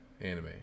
anime